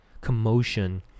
commotion